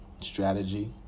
strategy